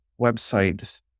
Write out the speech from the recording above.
website